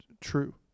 true